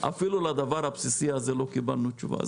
אפילו לדבר הבסיסי הזה לא קיבלנו תשובה.